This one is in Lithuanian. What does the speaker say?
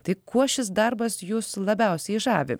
tai kuo šis darbas jus labiausiai žavi